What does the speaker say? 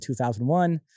2001